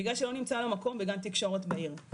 בגלל שלא נמצא לו מקום בגן תקשורת בעיר.